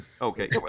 okay